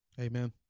Amen